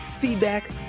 feedback